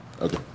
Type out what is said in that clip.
Okay